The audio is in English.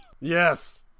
Yes